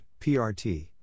PRT